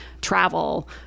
travel